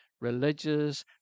religious